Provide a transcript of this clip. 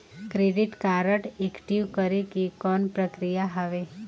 Credit card active करे के कौन प्रक्रिया हवे?